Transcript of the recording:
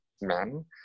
Men